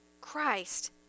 Christ